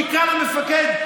תקרא למפקד,